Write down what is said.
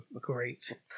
Great